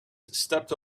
stepped